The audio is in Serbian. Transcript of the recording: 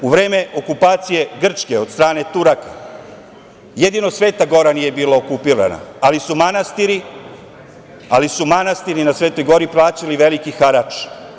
U vreme okupacije Grčke od strane Turaka jedino Sveta Gora nije bila okupirana ali su manastiri na Svetoj Gori plaćali veliki harač.